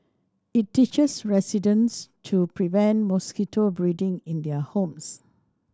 it teaches residents to prevent mosquito breeding in their homes